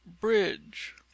BRIDGE